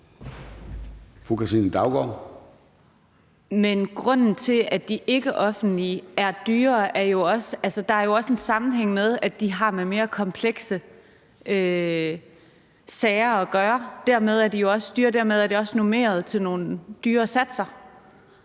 Men når de ikkeoffentlige er dyrere, hænger det jo også sammen med, at de har med mere komplekse sager at gøre. Det betyder, at de er dyrere, og dermed er de også normeret til nogle højere satser.